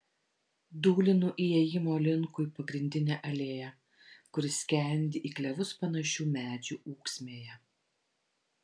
dūlinu įėjimo linkui pagrindine alėja kuri skendi į klevus panašių medžių ūksmėje